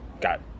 got